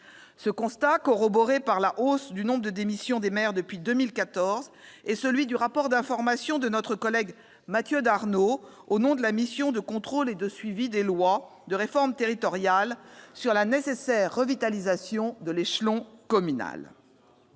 Ce constat, corroboré par la hausse du nombre de démissions de maires depuis 2014, est celui du rapport d'information de notre collègue Mathieu Darnaud, effectué au nom de la mission de contrôle et de suivi de la mise en oeuvre des dernières lois de réforme territoriale, sur la nécessaire revitalisation de l'échelon communal.